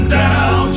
down